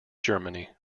germany